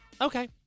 okay